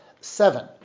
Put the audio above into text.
seven